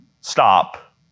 stop